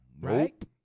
Right